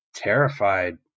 Terrified